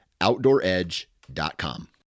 OutdoorEdge.com